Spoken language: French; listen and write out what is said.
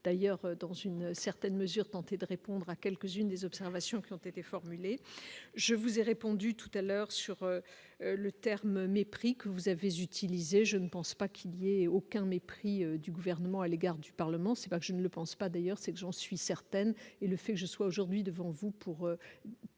d'ailleurs dans une certaine mesure, tenter de répondre à quelques-unes des observations qui ont été formulées, je vous ai répondu tout à l'heure sur le terme mépris que vous avez utilisé, je ne pense pas qu'il y ait aucun mépris du gouvernement à l'égard du Parlement, c'est pas que je ne pense pas d'ailleurs ce que j'en suis certaine et le fait que je sois aujourd'hui devant vous, pour